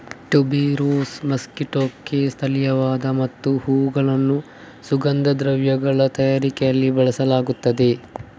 tuberose ಮೆಕ್ಸಿಕೊಕ್ಕೆ ಸ್ಥಳೀಯವಾಗಿದೆ ಮತ್ತು ಹೂವುಗಳನ್ನು ಸುಗಂಧ ದ್ರವ್ಯಗಳ ತಯಾರಿಕೆಯಲ್ಲಿ ಬಳಸಲಾಗುತ್ತದೆ